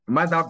Mas